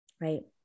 Right